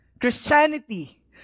Christianity